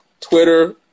Twitter